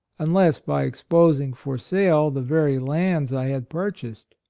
unless by exposing for sale the very lands i had purchased.